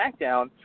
SmackDown